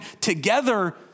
together